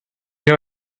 know